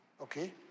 Okay